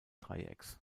dreiecks